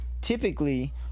Typically